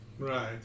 Right